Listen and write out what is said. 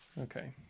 okay